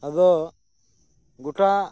ᱟᱫᱚ ᱜᱚᱴᱟ